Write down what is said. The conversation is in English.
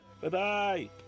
Bye-bye